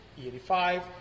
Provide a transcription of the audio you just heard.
E85